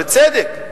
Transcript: בצדק.